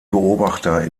beobachter